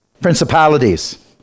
Principalities